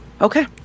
Okay